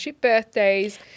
birthdays